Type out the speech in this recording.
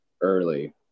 early